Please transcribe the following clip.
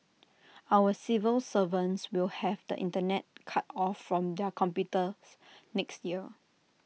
our civil servants will have the Internet cut off from their computers next year